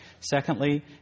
Secondly